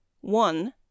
One